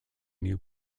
new